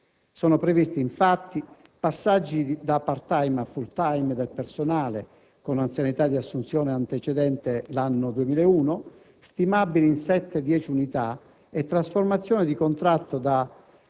Sono previsti infatti passaggi da *part-time* a *full-time* del personale con anzianità di assunzione antecedente l'anno 2001, stimabili in 7-10 unità, e trasformazioni di contratto da